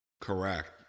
Correct